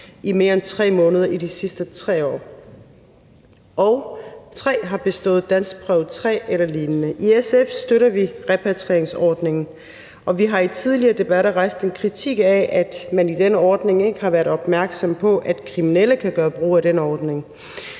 i mere end 3 måneder i de sidste 3 år og 3) har bestået danskprøve 3 eller lignende. I SF støtter vi repatrieringsordningen, og vi har i tidligere debatter rejst en kritik af, at man i den ordning ikke har været opmærksom på, at kriminelle kunne gøre brug af den ordning.